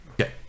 Okay